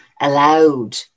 allowed